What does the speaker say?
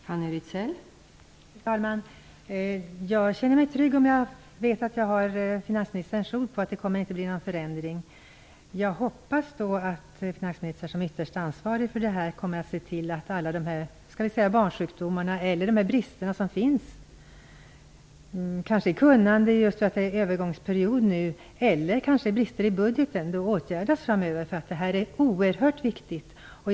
Fru talman! Jag känner mig trygg om jag vet att jag har finansministerns ord på att det inte kommer att bli någon förändring. Jag hoppas att finansministern som ytterst ansvarig för det här kommer att se till att de brister som finns i kunnande under övergångsperioden och bristerna i budgeten åtgärdas framöver, för det här är oerhört viktigt.